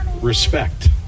respect